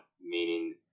meaning